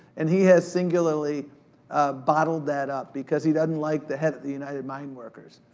and he has singularly bottled that up because he doesn't like the head of the united mine workers.